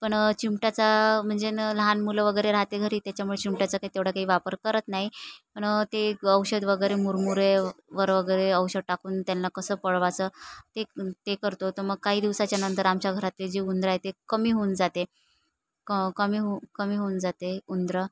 पण चिमटाचा म्हणजे न लहान मुलं वगैरे राहते घरी त्याच्यामुळे चिमट्याचं काही तेवढा काही वापर करत नाही पण ते औषध वगैरे मुरमुरेवर वगैरे औषध टाकून त्यांना कसं पळवायचं ते ते करतो तर मग काही दिवसाच्या नंतर आमच्या घरातले जे उंदरं आहे ते कमी होऊन जाते क कमी होऊ कमी होऊन जाते उंदरं